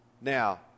Now